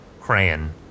Crayon